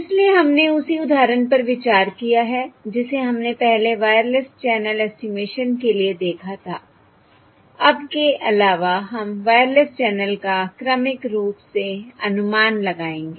इसलिए हमने उसी उदाहरण पर विचार किया है जिसे हमने पहले वायरलेस चैनल एस्टिमेशन के लिए देखा था अब के अलावा हम वायरलेस चैनल का क्रमिक रूप से अनुमान लगाएंगे